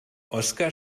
oskar